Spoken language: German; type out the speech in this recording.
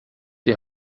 die